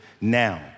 now